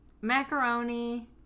Macaroni